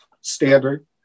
standard